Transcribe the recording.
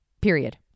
period